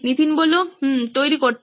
নীতিন তৈরি করতে